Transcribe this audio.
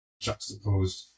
juxtaposed